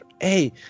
hey